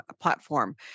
platform